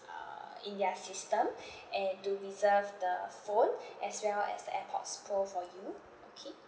uh in their system and to reserve the phone as well as the AirPods pro for you okay